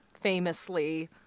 famously